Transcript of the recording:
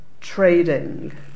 trading